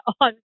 on